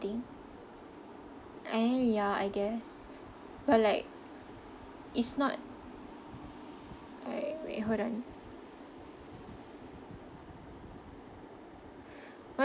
thing eh ya I guess but like if not wait wait hold on